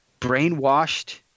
brainwashed